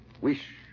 wish